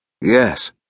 Yes